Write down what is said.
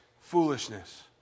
foolishness